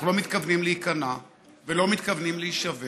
אנחנו לא מתכוונים להיכנע ולא מתכוונים להישבר